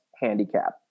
handicap